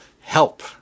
help